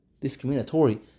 discriminatory